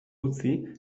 utzi